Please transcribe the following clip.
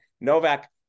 Novak